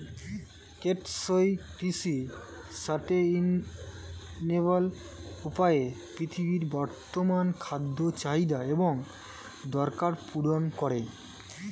টেকসই কৃষি সাস্টেইনেবল উপায়ে পৃথিবীর বর্তমান খাদ্য চাহিদা এবং দরকার পূরণ করে